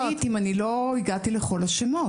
אני עבריינית אם אני לא הגעתי לכל השמות.